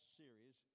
series